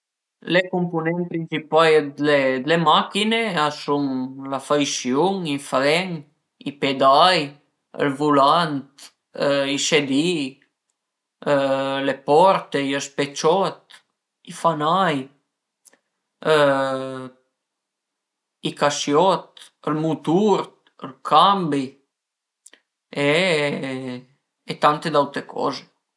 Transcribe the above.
Le cumpunenti principai d'le machin-e a sun la frisiun, i fren, i pedai, ël vulant, i sedi-i, le porte, i speciot, i fanai, i casiot, ël mutur, ël cambi e tante d'aute coze